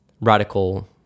radical